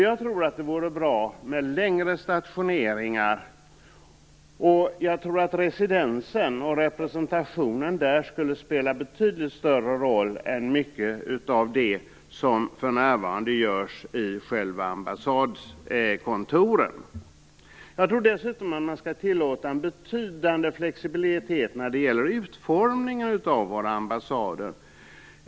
Jag tror att längre stationeringar vore bra, och jag tror att residensen och representationen där då skulle spela en betydligt större roll än mycket av det som för närvarande görs i själva ambassadkontoren. Jag tror dessutom att man skall tillåta en betydande flexibilitet när det gäller utformningen av våra ambassader.